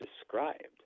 described